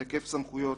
להיקף סמכויות,